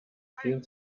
vielen